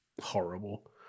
horrible